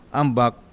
ambak